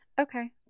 Okay